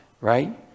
right